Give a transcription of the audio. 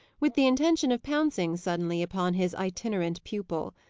with the intention of pouncing suddenly upon his itinerant pupil.